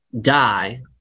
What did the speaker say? die